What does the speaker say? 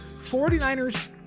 49ers